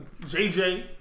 JJ